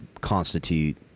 constitute